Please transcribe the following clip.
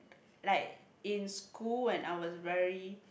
like in school when I was very